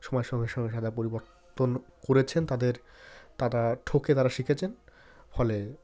সময়ের সঙ্গে সঙ্গে পরিবর্তন করেছেন তাদের তারা ঠকে তারা শিখেছেন ফলে